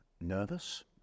nervous